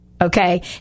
Okay